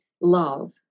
love